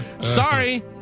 Sorry